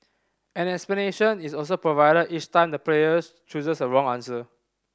an explanation is also provided each time the player chooses a wrong answer